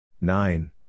nine